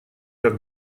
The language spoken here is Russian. как